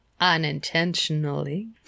unintentionally